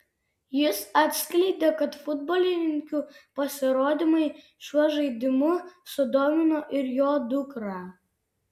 jis atskleidė kad futbolininkių pasirodymai šiuo žaidimu sudomino ir jo dukrą